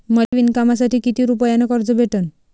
मले विणकामासाठी किती रुपयानं कर्ज भेटन?